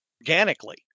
organically